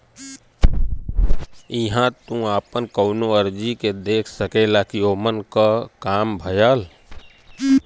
इहां तू आपन कउनो अर्जी के देख सकेला कि ओमन क काम भयल